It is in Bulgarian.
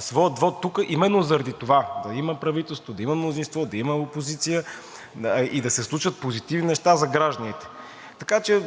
своя вот тук именно заради това – да има правителство, да има мнозинство, да има опозиция и да се случват позитивни неща за гражданите. Така че